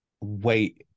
wait